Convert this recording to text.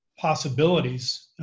Possibilities